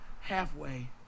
halfway